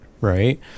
right